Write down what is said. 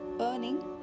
earning